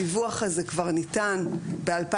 הדיווח הזה כבר ניתן ב-2020,